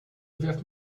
wirft